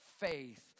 faith